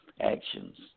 actions